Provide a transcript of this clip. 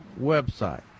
website